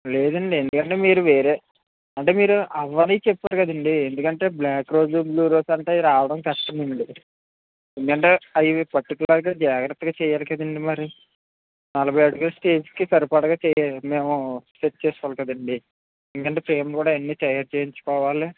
లేదండీ ఎందుకంటే మీరు వేరే అంటే మీరు ఆవ్వాలి చెప్పారు కదండీ ఎందుకంటే బ్లాక్ రోజు బ్లూ రోజు అంతా రావడం కస్టమ్ ఆండీ ఎందుకంటే అవి పార్టీకులర్ గా జాగ్రత్తగా చేయాలి కదండీ మరి నలభై అడుగుల స్టేజ్కి సరిపొడగ చేయాలి మేము సెట్ చేసెకోవాలి కదండీ ఎందుకంటే ప్రేమ్ కూడా అన్నీ తయారు చేయించుకోవాలి